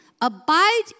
Abide